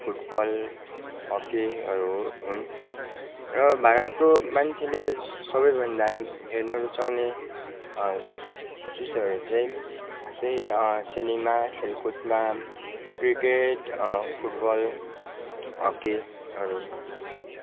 football हकीहरू हुन् र भारतको मान्छेले सबैभन्दा हेर्नु रुचाउने चिजहरू चाहिँ त्यही सिनेमा खेलकुदमा क्रिकेट फुटबल हकीहरू हुन्